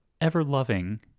ever-loving